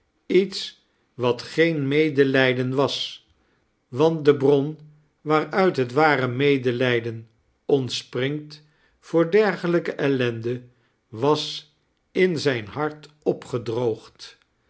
iets wat geen inedelijden was want de bron waaruit het ware medelijden ontspringt voor dergelijke ellende was in zijn hart opgedroogd